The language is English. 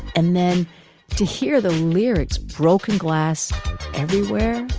and then to hear the lyrics. broken glass everywhere.